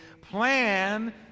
Plan